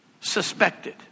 suspected